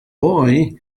boy